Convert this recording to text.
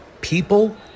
people